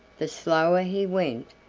the slower he went,